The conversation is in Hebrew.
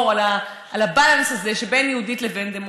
על הבלנס הזה שבין יהודית לבין דמוקרטית.